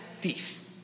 thief